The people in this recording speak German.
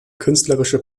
künstlerische